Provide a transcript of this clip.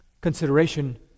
Consideration